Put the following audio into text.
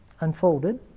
unfolded